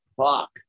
Fuck